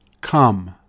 come